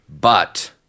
But-